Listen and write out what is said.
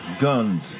guns